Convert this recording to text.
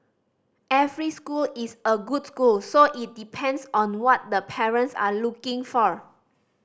every school is a good school so it depends on what the parents are looking for